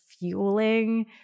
Fueling